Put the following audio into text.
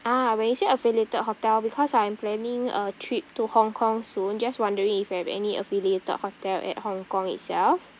ah when you say affiliated hotel because I'm planning a trip to hong kong soon just wondering if you have any affiliated hotel at hong kong itself